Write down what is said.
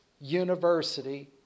University